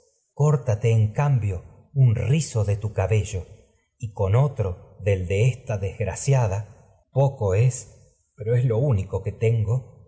con en cambio un rizo de tu otro del de esta desgracia da poco es pero es lo único que tengo